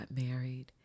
married